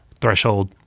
threshold